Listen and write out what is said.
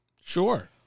Sure